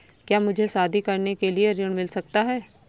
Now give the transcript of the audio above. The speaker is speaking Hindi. क्या मुझे शादी करने के लिए ऋण मिल सकता है?